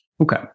Okay